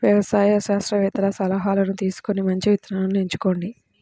వ్యవసాయ శాస్త్రవేత్తల సలాహాను తీసుకొని మంచి విత్తనాలను ఎంచుకోండి